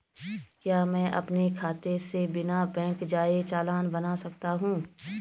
क्या मैं अपने खाते से बिना बैंक जाए चालान बना सकता हूँ?